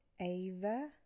Ava